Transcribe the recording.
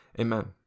Amen